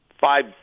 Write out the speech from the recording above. five